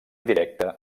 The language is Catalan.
directe